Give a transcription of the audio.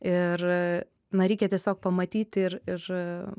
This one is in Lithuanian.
ir na reikia tiesiog pamatyti ir ir